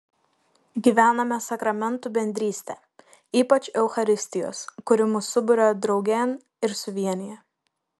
gyvename sakramentų bendrystę ypač eucharistijos kuri mus suburia draugėn ir suvienija